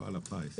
מפעל פיס.